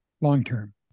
long-term